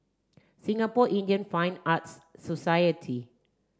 Singapore Indian Fine Arts Society